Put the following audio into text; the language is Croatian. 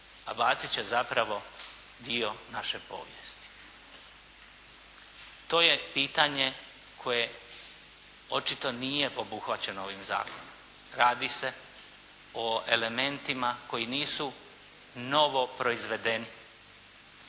baciti će zapravo dio naše povijesti. To je pitanje koje očito nije obuhvaćeno ovim zakonom. Radi se o dokumentima koji nisu novo proizvedeni.